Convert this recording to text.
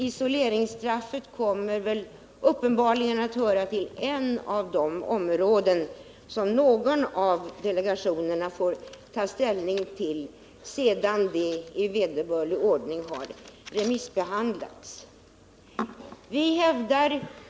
Isoleringsstraffet kommer troligen att höra till de saker som någon av delegationerna får ta ställning till sedan frågan i vederbörlig ordning remissbehandlats.